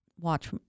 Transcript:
watch